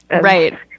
Right